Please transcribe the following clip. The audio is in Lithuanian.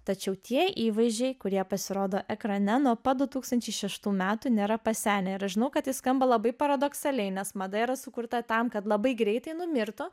tačiau tie įvaizdžiai kurie pasirodo ekrane nuo pat du tūkstančiai šeštųmetų nėra pasenę ir aš žinau kad jis skamba labai paradoksaliai nes mada yra sukurta tam kad labai greitai numirtų